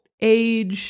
age